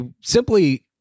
simply